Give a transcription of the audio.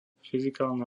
fyzikálna